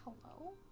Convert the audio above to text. hello